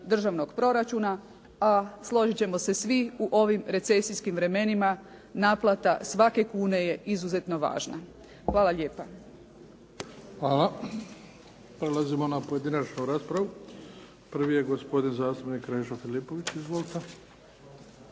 državnog proračuna a složiti ćemo se svi u ovim recesijskim vremenima naplata svake kune je izuzetno važna. Hvala lijepa. **Bebić, Luka (HDZ)** Hvala. Prelazimo na pojedinačnu raspravu. Prvi je gospodin zastupnik Krešo Filipović. Izvolite.